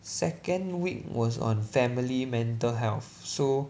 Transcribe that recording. second week was on family mental health so